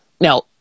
Now